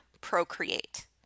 procreate